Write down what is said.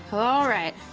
alright.